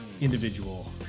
individual